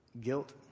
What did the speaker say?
Guilt